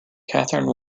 catherine